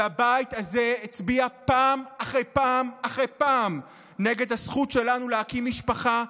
והבית הזה הצביע פעם אחרי פעם אחרי פעם נגד הזכות שלנו להקים משפחה,